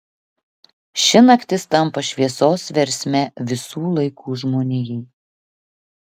ši naktis tampa šviesos versme visų laikų žmonijai